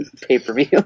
pay-per-view